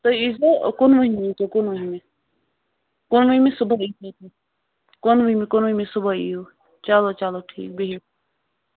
تُہۍ ییٖزٮ۪و کُنوُہمہِ ییٖزیو کُنوُہمہِ کُنوُہمہِ صُبحٲے کُنوُہمہِ کُنوُہمہِ صُبحٲے یِیِو چلو چلو ٹھیٖک بِہِو